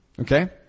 Okay